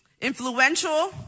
influential